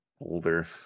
Older